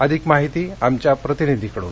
अधिक माहिती आमच्या प्रतिनिधीकडून